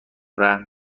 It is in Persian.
رحم